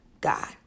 God